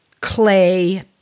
clay